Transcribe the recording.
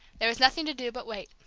there was nothing to do but wait.